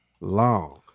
long